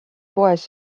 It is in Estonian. poes